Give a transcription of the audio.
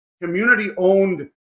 community-owned